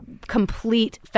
complete